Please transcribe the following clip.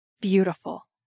beautiful